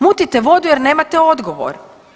Mutite vodu jer nemate odgovor.